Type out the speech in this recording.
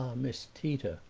miss tita!